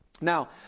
Now